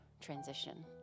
transition